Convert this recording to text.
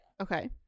okay